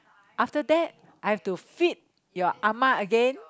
after that I have to feed your ah ma again